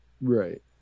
right